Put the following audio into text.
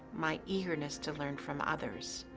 my eagerness to learn from others,